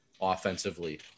offensively